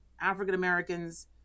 African-Americans